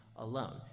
alone